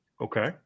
Okay